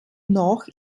noch